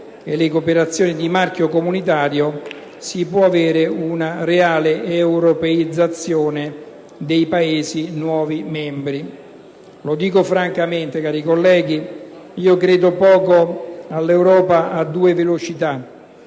e le cooperazioni di marchio comunitario si può avere una reale europeizzazione dei Paesi nuovi membri. Lo dico francamente, cari colleghi: io credo poco all'Europa a due velocità,